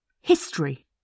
History